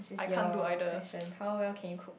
this is your question how well can you cook